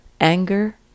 anger